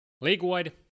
League-wide